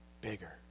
bigger